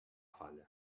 falla